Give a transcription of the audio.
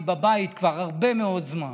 והיא בבית כבר הרבה מאוד זמן.